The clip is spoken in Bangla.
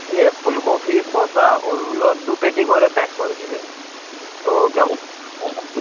ঠিক আছে ফুলকপি শসা ওইগুলো দু পেটি করে প্যাক করে দেবে ও কেমন কী দাম হয়